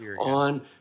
On